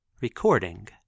Recording